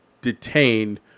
detained